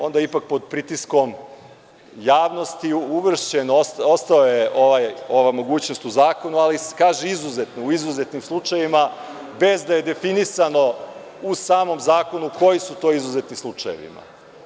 Onda ipak pod pritiskom javnosti ostala je ova mogućnost u zakonu, ali kaže se u izuzetnim slučajevima, bez da je definisano u samom zakonu koji su to izuzetni slučajevi.